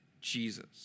Jesus